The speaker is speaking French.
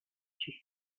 tuent